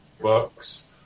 books